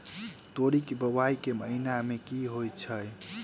तोरी केँ बोवाई केँ महीना मे होइ छैय?